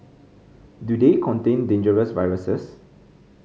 do they contain dangerous viruses